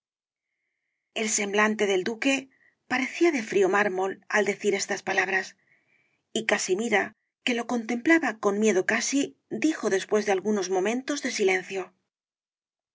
el semblante del duque parecía de frío mármol al decir estas palabras y casimira que lo contemplaba con miedo casi dijo después de algunos momentos de silencio voy